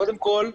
קודם כל,